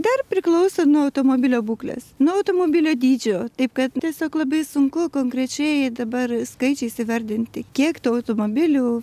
dar priklauso nuo automobilio būklės nuo automobilio dydžio taip kad tiesiog labai sunku konkrečiai dabar skaičiais įvardinti kiek tų automobilių